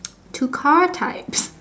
to car types